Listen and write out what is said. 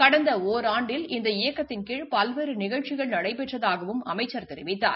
கடந்த ஒராண்டில் இந்த இ யக்க்தின் கீழ் பல்வேறு நிகழ்ச்சிகள் நடைபெற்றதாகவும் அமைச்ச் தெரிவித்தார்